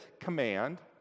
command